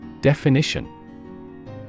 Definition